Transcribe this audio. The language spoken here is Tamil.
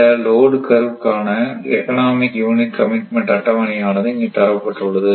இந்த லோட் கர்வ்வ் காண எக்கனாமிக் யூனிட் கமிட்மென்ட் அட்டவணை ஆனது இங்கு தரப்பட்டுள்ளது